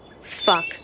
fuck